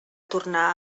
tornar